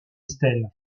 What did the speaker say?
stèle